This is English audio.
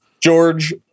George